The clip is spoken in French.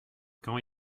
quand